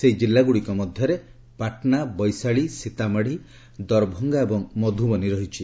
ସେହି ଜିଲ୍ଲାଗୁଡ଼ିକ ମଧ୍ୟରେ ପାଟନା ବୈଶାଳୀ ସୀତାମାଢ଼ି ଦରଭଙ୍ଗା ଏବଂ ମଧୁବନୀ ରହିଛି